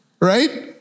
Right